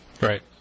Right